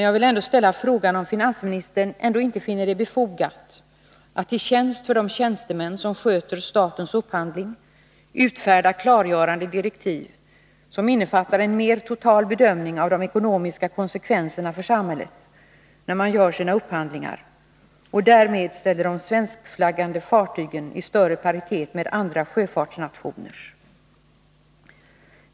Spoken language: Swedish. Jag vill ändå fråga finansministern om han inte finner det befogat att för de tjänstemän som sköter statens upphandling utfärda klargörande direktiv, som innefattar en mer total bedömning av de ekonomiska konsekvenserna för samhället. Därmed skulle man när det gäller de svenskflaggande fartygen uppnå större paritet med andra sjöfartsnationers fartyg.